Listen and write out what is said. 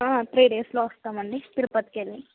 three డేస్లో వస్తాము అండి తిరుపతికి వెళ్ళి